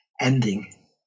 ending